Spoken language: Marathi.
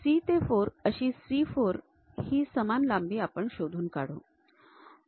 C ते 4 अशी C 4 ही समान लांबी आपण शोधून काढू